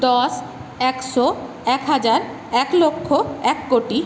দশ একশো এক হাজার এক লক্ষ এক কোটি